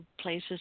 places